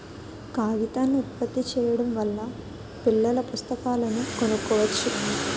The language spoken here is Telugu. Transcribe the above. కాగితాన్ని ఉత్పత్తి చేయడం వల్ల పిల్లల పుస్తకాలను కొనుక్కోవచ్చు